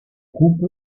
groupe